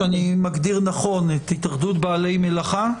האם אני מגדיר נכון את התאחדות בעלי מלאכה?